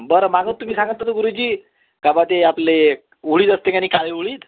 बरं माग तुम्ही सांगत होते गुरुजी का बा ते आपले उडीद असते कनी काळे उडीद